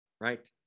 right